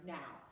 now